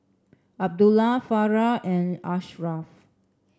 Abdullah Farah and Ashraf